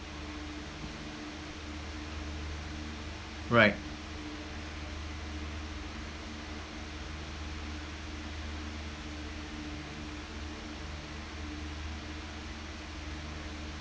right